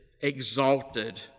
exalted